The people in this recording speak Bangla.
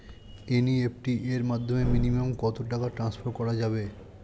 এন.ই.এফ.টি এর মাধ্যমে মিনিমাম কত টাকা টান্সফার করা যাবে?